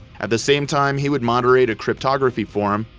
at the same time, he would moderate a cryptography forum,